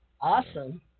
Awesome